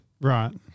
Right